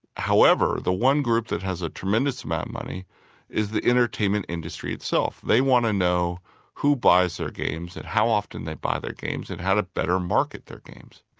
however, the one group that has a tremendous amount of money is the entertainment industry itself. they want to know who buys their games, and how often they buy their games and how to better market their games.